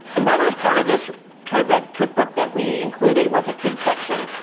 another part of this code red cookbook that we included was a kids' section.